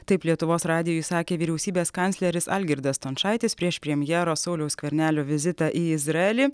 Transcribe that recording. taip lietuvos radijui sakė vyriausybės kancleris algirdas stončaitis prieš premjero sauliaus skvernelio vizitą į izraelį